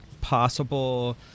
possible